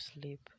sleep